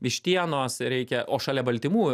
vištienos reikia o šalia baltymų